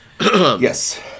Yes